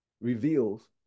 reveals